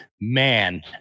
man